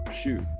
shoot